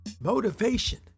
motivation